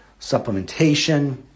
supplementation